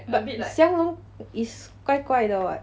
but xiang long is 怪怪的 [what]